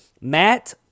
Matt